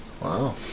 Wow